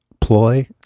ploy